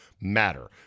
matter